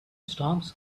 storms